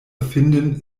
erfinden